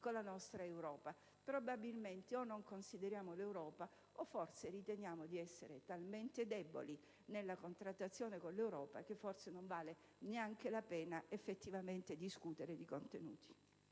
con la nostra Europa. Probabilmente, o non consideriamo l'Europa o, forse, riteniamo di essere talmente deboli nella contrattazione con l'Europa che non valga neanche la pena di discutere di contenuti.